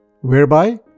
whereby